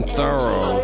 Thorough